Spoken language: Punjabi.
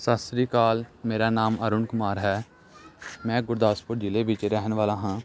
ਸਤਿ ਸ਼੍ਰੀ ਅਕਾਲ ਮੇਰਾ ਨਾਮ ਅਰੁਣ ਕੁਮਾਰ ਹੈ ਮੈਂ ਗੁਰਦਾਸਪੁਰ ਜ਼ਿਲ੍ਹੇ ਵਿੱਚ ਰਹਿਣ ਵਾਲਾ ਹਾਂ